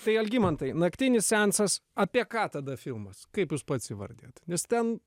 tai algimantai naktinis seansas apie ką tada filmas kaip jūs pats įvardijat nes ten